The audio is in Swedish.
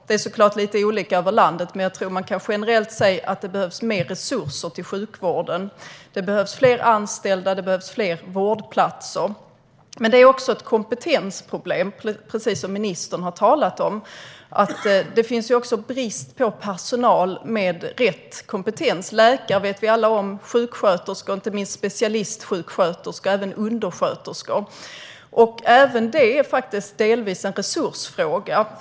Det är såklart lite olika över landet, men jag tror att man generellt kan säga att det behövs mer resurser till sjukvården. Det behövs fler anställda och fler vårdplatser. Det är dock även ett kompetensproblem, precis som ministern har talat om. Det är brist på personal med rätt kompetens; läkare vet vi alla om, och det gäller även sjuksköterskor - inte minst specialistsjuksköterskor - och undersköterskor. Även detta är delvis en resursfråga.